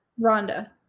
Rhonda